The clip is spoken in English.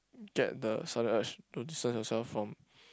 get the sudden urge to distance yourself from